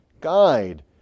guide